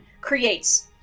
creates